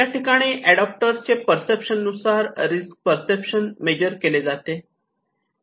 या ठिकाणी एडाप्टर च्या पर्सेप्शन नुसार रिस्क पर्सेप्शन मेजर केले जाते